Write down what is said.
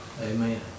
Amen